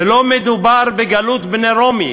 ולא מדובר בגלות בני רומי